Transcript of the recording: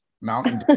Mountain